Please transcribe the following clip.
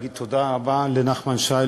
להגיד תודה רבה לנחמן שי,